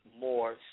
more